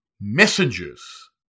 messengers